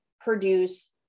produce